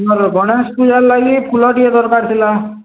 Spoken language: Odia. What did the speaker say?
ଆମର ଗଣେଶ ପୂଜା ଲାଗି ଫୁଲ ଟିକେ ଦରକାର ଥିଲା